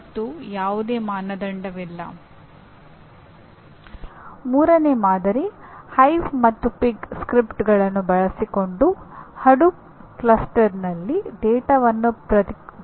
ಮತ್ತು ಯಾವುದೇ ಮಾನದಂಡವಿಲ್ಲ ಮೂರನೇ ಮಾದರಿ ಹೈವ್ ಮತ್ತು ಪಿಗ್ ಸ್ಕ್ರಿಪ್ಟ್ಗಳನ್ನು ಬಳಸಿಕೊಂಡು ಹಡೂಪ್ ಕ್ಲಸ್ಟರ್ನಲ್ಲಿ ಡೇಟಾವನ್ನು ಪ್ರಕ್ರಿಯೆಗೊಳಿಸಿ